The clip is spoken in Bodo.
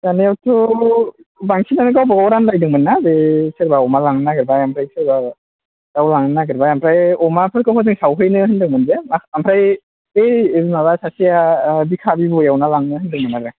जानायावथ' बांसिनानो गावबा गाव रानलायदोंमोन्ना बे सोरबा अमा लांनो नागेरबाय ओमफ्राय सोरबा दाउ लांनो नागेरबाय ओमफ्राय अमाफोरखौ हजों सावहैनो होन्दोंमोन बे ओमफ्राय बै माबा सासेया बिखा बिबु एवना लांनो होदोंमोन नालाय